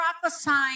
prophesying